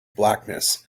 blackness